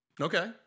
Okay